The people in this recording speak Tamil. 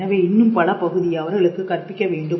எனவே இன்னும் பல பகுதி அவர்களுக்குக் கற்பிக்க வேண்டும்